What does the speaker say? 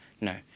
No